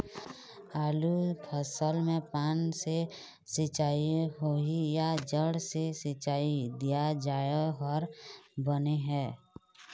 आलू फसल मे पान से सिचाई होही या जड़ से सिचाई दिया जाय हर बने हे?